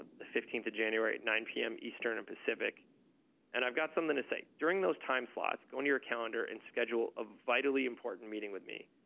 ah the fifteenth of january, nine p m. eastern and pacific and i've got something to say during those time slots on your calendar and schedule a vitally important meeting with me.